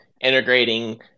integrating